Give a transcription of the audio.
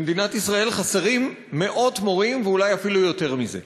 במדינת ישראל חסרים מאות מורים ואולי אפילו יותר מזה.